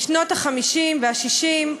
משנות ה-50 וה-60.